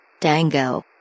Dango